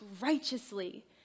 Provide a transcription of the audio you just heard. righteously